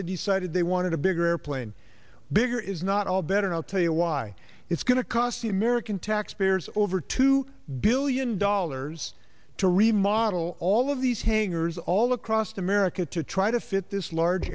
they decided they wanted a bigger airplane bigger is not all better i'll tell you why it's going to cost the american taxpayers over two billion dollars to remodel all of these hangars all across america to try to fit this large